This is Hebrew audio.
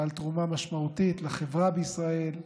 בעל תרומה משמעותית לחברה בישראל,